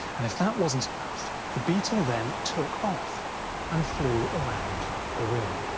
and if that wasn't enough, the beetle then took off and flew around the room.